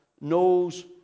knows